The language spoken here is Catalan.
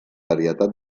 varietat